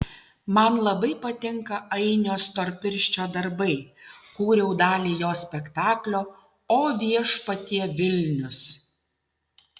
man labai patinka ainio storpirščio darbai kūriau dalį jo spektaklio o viešpatie vilnius